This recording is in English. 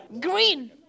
Green